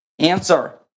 Answer